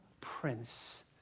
prince